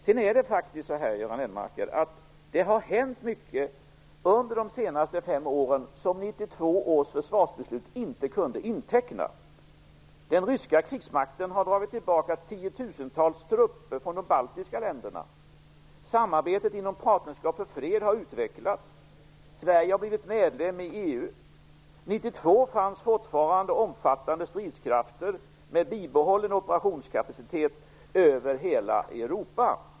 Sedan är det faktiskt så, Göran Lennmarker, att det har hänt mycket under de senaste fem åren som 1992 års försvarsbeslut inte kunde inteckna. Den ryska krigsmakten har dragit tillbaka tiotusentals soldater från de baltiska länderna. Samarbetet inom Partnerskap för fred har utvecklats. Sverige har blivit medlem i EU. 1992 fanns fortfarande omfattande stridskrafter med bibehållen operationskapacitet över hela Europa.